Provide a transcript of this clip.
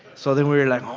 so then we were like, oh,